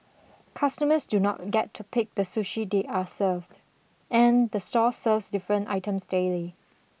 customers do not get to pick the sushi they are served and the store serves different items daily